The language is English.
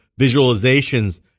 visualizations